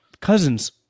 Cousins